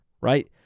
right